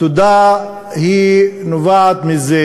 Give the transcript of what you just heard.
התודה נובעת מזה